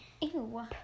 Ew